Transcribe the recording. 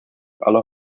aller